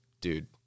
dude